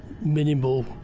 minimal